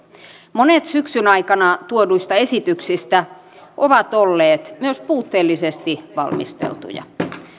monet syksyn aikana tuoduista esityksistä ovat olleet myös puutteellisesti valmisteltuja